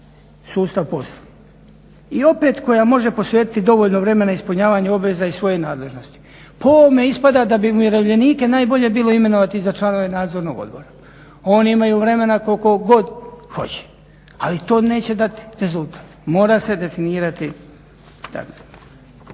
sustav posla. I opet koja može posvetiti dovoljno vremena ispunjavanju obveza iz svoje nadležnosti. Po ovome ispada da bi umirovljenike najbolje bilo imenovati za članove Nadzornog odbora. Oni imaju vremena koliko god hoće, ali to neće dati rezultat. Mora se definirati.